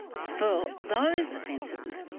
for those offences,